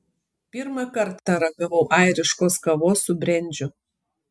pirmą kartą ragavau airiškos kavos su brendžiu